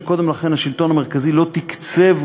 שקודם לכן השלטון המרכזי לא תקצב,